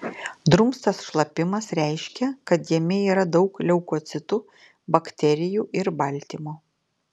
drumstas šlapimas reiškia kad jame yra daug leukocitų bakterijų ir baltymo